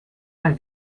mal